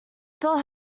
fell